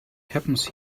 happens